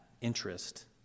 interest